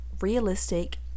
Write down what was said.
realistic